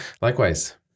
Likewise